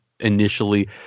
initially